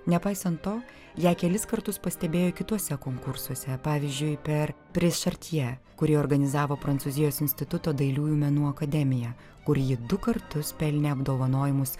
nepaisant to ją kelis kartus pastebėjo kituose konkursuose pavyzdžiui per pri šartjė kurį organizavo prancūzijos instituto dailiųjų menų akademija kur ji du kartus pelnė apdovanojimus